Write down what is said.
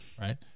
Right